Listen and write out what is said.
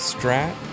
Strat